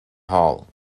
hall